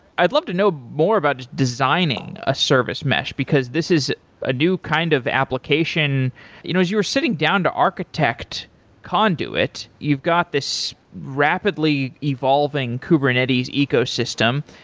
i'd love to know more about designing a service mesh, because this is a new kind of application. you know are you were sitting down to architect conduit, you've got this rapidly evolving kubernetes ecosystem.